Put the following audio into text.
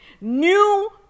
New